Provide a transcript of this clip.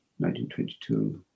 1922